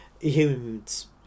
Humans